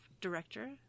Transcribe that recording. director